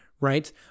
right